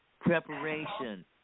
preparation